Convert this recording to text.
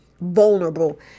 Vulnerable